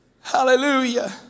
Hallelujah